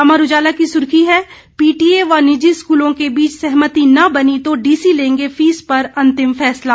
अमर उजाला की सुर्खी है पीटीए व निजी स्कूलों के बीच सहमति न बनी तो डीसी लेंगे फीस पर अंतिम फैसला